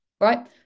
right